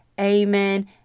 Amen